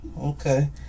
Okay